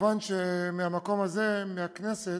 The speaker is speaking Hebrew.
מובן שמהמקום הזה, מהכנסת,